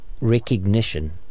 recognition